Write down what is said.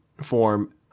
form